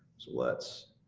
so let's,